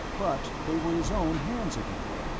but they were his own hands again.